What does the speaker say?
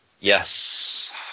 Yes